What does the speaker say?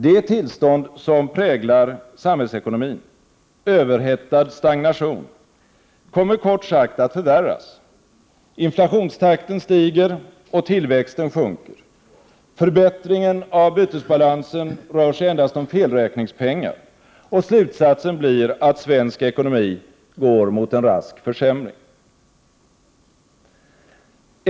Det tillstånd som präglar samhällsekonomin — överhettad stagnation — kommer kort sagt att förvärras. Inflationstakten stiger och tillväxten sjunker. Förbättringen av bytesbalansen rör sig endast om felräkningspengar. Slutsatsen blir att svensk ekonomi går mot en rask försämring.